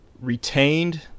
retained